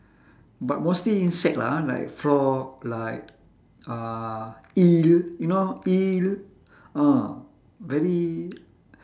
but mostly insect lah ha like frog like uh eel you know eel ah very